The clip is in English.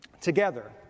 together